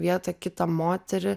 vietą kitą moterį